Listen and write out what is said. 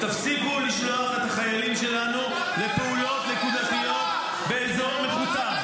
תפסיקו לשלוח את החיילים שלנו לפעולות נקודתיות באזור מכותר.